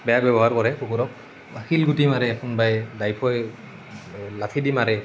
বেয়া ব্যৱহাৰ কৰে কুকুৰক শিলগুটি মাৰে কোনোবাই বেয়াকৈ লাঠি দি মাৰে